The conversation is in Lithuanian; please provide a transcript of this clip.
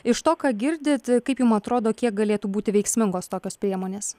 iš to ką girdit kaip jum atrodo kiek galėtų būti veiksmingos tokios priemonės